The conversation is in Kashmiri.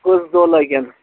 کٔژ دۄہ لَگن